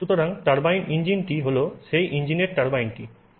সুতরাং টারবাইন ইঞ্জিনটি হল সেই ইঞ্জিনের টারবাইনটি